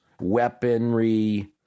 weaponry